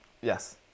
Yes